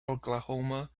oklahoma